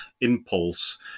impulse